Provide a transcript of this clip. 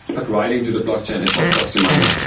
but writing to the blockchain is what costs you money.